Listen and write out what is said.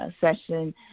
session